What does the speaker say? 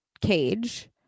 cage